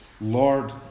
Lord